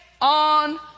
on